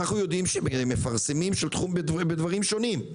אנחנו יודעים שמפרסמים בתחומים שונים,